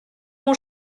mon